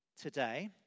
Today